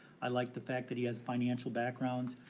i like the fact that he has financial background,